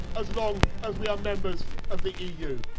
as long as we are members of the eu.